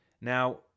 Now